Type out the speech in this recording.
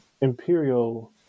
imperial